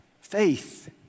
Faith